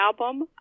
album